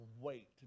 Wait